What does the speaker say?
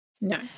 No